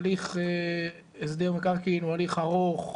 הליך הסדר מקרקעין הוא הליך ארוך,